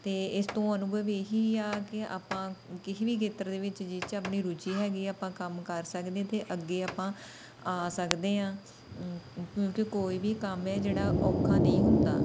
ਅਤੇ ਇਸ ਤੋਂ ਅਨੁਭਵ ਇਹੀ ਆ ਕਿ ਆਪਾਂ ਕਿਸੇ ਵੀ ਖੇਤਰ ਦੇ ਵਿੱਚ ਜਿਹ 'ਚ ਆਪਣੀ ਰੁਚੀ ਹੈਗੀ ਆ ਆਪਾਂ ਕੰਮ ਕਰ ਸਕਦੇ ਅਤੇ ਅੱਗੇ ਆਪਾਂ ਆ ਸਕਦੇ ਹਾਂ ਕਿਉਂਕਿ ਕੋਈ ਵੀ ਕੰਮ ਹੈ ਜਿਹੜਾ ਔਖਾ ਨਹੀਂ ਹੁੰਦਾ